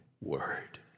word